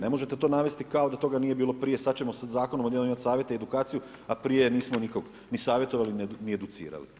Ne možete to navesti kao da toga nije bilo prije sada ćemo sa zakonom odjednom imati savjete i edukaciju, a prije nismo nikoga ni savjetovali ni educirali.